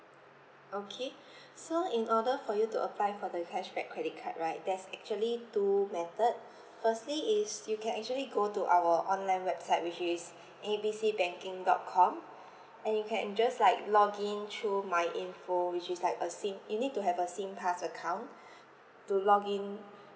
okay so in order for you to apply for the cashback credit card right there's actually two method firstly is you can actually go to our online website which is A B C banking dot com and you can just like login through my info which is like a sing you need to have a sing pass account to login